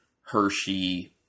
Hershey